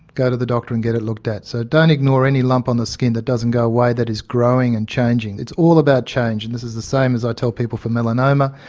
go to the doctor and get it looked at. so don't ignore any lump on the skin that doesn't go away that is growing and changing. it's all about change, and this is the same as i tell people for melanoma,